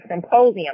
symposium